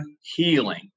healing